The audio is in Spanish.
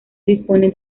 dispone